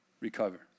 Recover